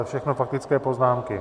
Všechno faktické poznámky.